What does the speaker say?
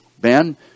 Ben